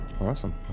Awesome